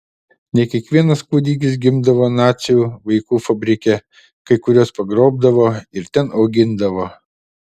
ne kiekvienas kūdikis gimdavo nacių vaikų fabrike kai kuriuos pagrobdavo ir ten augindavo